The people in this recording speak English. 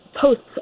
posts